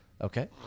Okay